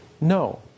no